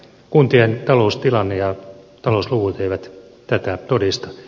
kuntien taloustilanne ja talousluvut eivät tätä todista